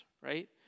right